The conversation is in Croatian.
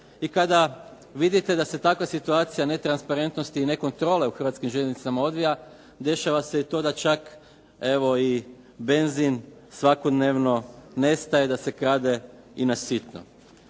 I kada vidite da se takva situacija netransparentnosti i ne kontrole u Hrvatskim željeznicama odvija dešava se i to da čak evo i benzin svakodnevno nestaje, da se krade i na sitno.